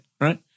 right